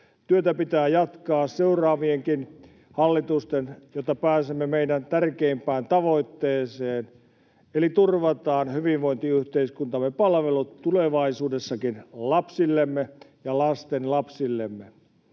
Työtä pitää jatkaa seuraavienkin hallitusten, jotta pääsemme meidän tärkeimpään tavoitteeseen eli siihen, että turvataan hyvinvointiyhteiskuntamme palvelut tulevaisuudessakin lapsillemme ja lastenlapsillemme.